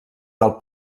del